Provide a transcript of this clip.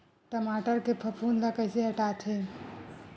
टमाटर के फफूंद ल कइसे हटाथे?